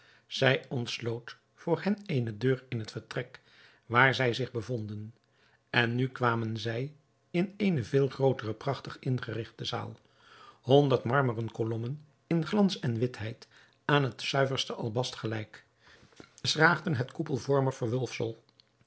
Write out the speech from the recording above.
zij ontsloot voor hen eene deur in het vertrek waar zij zich bevonden en nu kwamen zij in eene veel grootere prachtig ingerigte zaal honderd marmeren kolommen in glans en witheid aan het zuiverste albast gelijk schraagden het koepelvormig verwulfsel